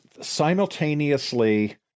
simultaneously